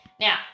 Now